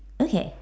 okay